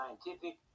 scientific